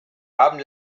haben